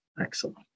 Excellent